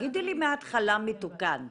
תגידי לי מההתחלה מתוקן.